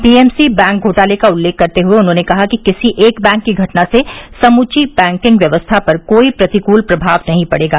P M C bank घोटाले का उल्लेख करते हुए उन्होंने कहा कि किसी एक बैंक की घटना से समूची बैंकिंग व्यवस्था पर कोई प्रतिकूल प्रमाव नहीं पड़ेगा